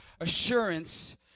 assurance